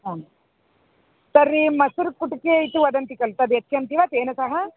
आं तर्हि मसूर् कुटिके इति वदन्ति खलु तद् यच्छन्ति वा तेन सह